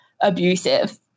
abusive